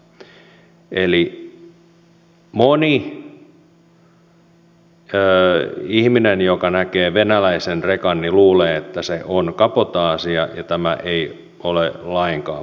eli moni ihminen joka näkee venäläisen rekan luulee että se on kabotaasia ja tämä ei ole lainkaan paikkansa pitävää